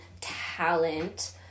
talent